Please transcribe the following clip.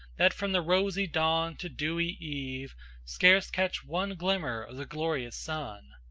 that from the rosy dawn to dewy eve scarce catch one glimmer of the glorious sun.